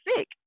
sick